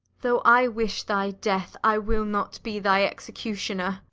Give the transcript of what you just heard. though i wish thy death, i will not be thy executioner.